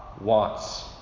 wants